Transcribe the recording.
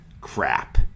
Crap